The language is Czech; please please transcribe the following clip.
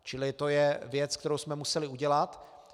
Čili to je věc, kterou jsme museli udělat.